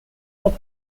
not